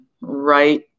right